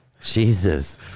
Jesus